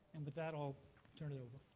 and but that, i'll turn it over.